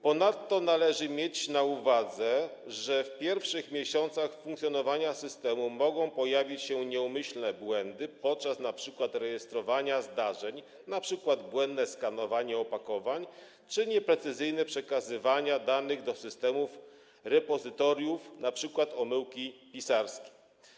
Ponadto należy mieć na uwadze, że w pierwszych miesiącach funkcjonowania systemu mogą pojawić się nieumyślne błędy, np. podczas rejestrowania zdarzeń, takie jak błędne skanowanie opakowań czy nieprecyzyjne przekazywanie danych do systemów repozytoriów, np. omyłki pisarskie.